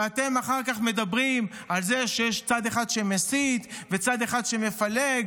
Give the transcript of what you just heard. ואתם אחר כך מדברים על זה שיש צד אחד שמסית וצד אחד שמפלג,